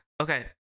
Okay